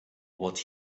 what